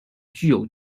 具有